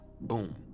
boom